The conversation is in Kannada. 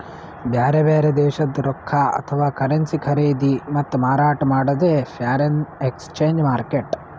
ಬ್ಯಾರೆ ಬ್ಯಾರೆ ದೇಶದ್ದ್ ರೊಕ್ಕಾ ಅಥವಾ ಕರೆನ್ಸಿ ಖರೀದಿ ಮತ್ತ್ ಮಾರಾಟ್ ಮಾಡದೇ ಫಾರೆನ್ ಎಕ್ಸ್ಚೇಂಜ್ ಮಾರ್ಕೆಟ್